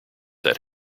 that